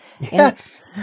Yes